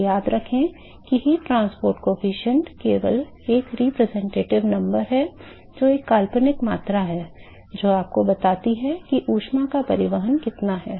तो याद रखें कि ऊष्मा परिवहन गुणांक केवल एक प्रतिनिधि संख्या है जो एक काल्पनिक मात्रा है जो आपको बताती है कि ऊष्मा का परिवहन कितना है